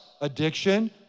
addiction